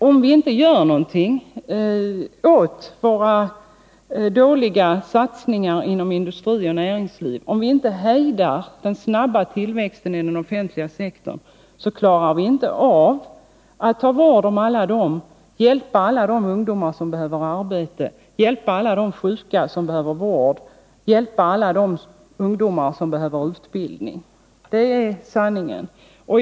Om vi inte gör någonting åt de dåliga satsningarna inom industri och näringsliv och hejdar den snabba tillväxten i den offentliga sektorn, klarar vi inte av att hjälpa alla de ungdomar som behöver arbete, alla de sjuka som behöver vård och alla de ungdomar som behöver utbildning. Det är sanningen.